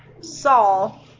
Saul